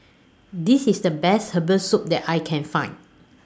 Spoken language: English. This IS The Best Herbal Soup that I Can Find